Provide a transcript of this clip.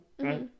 right